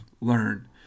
Learn